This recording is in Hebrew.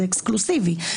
זה אקסקלוסיבי,